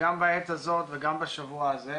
וגם בעת הזאת וגם בשבוע הזה,